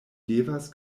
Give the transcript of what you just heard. devas